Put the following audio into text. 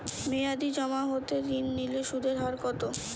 মেয়াদী জমা হতে ঋণ নিলে সুদের হার কত?